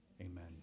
Amen